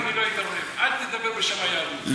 אל תדבר בשם היהדות.